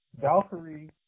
Valkyrie